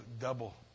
double